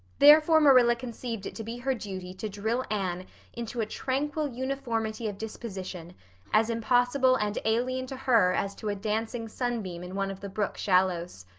therefore marilla conceived it to be her duty to drill anne into a tranquil uniformity of disposition as impossible and alien to her as to a dancing sunbeam in one of the brook shallows.